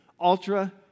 ultra